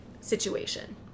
situation